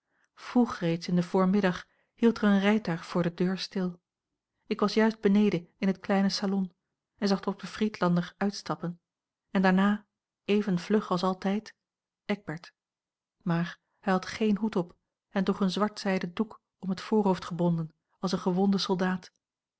vroeg reeds in den voormiddag hield er een rijtuig voor de deur stil ik was juist beneden in het kleine salon en zag dokter friedlander uitstappen en daarna even vlug als altijd eckbert maar hij had geen hoed op en droeg een zwartzijden doek om het voorhoofd gebonden als een gewonde soldaat